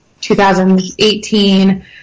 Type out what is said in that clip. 2018